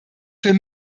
für